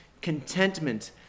contentment